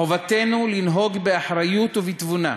חובתנו לנהוג באחריות ובתבונה.